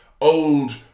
old